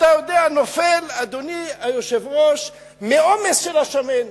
אתה יודע, נופל, אדוני היושב-ראש, מהעומס של השמן.